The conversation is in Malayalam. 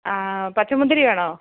ആ പച്ചമുന്തിരി വേണോ